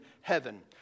heaven